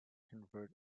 convert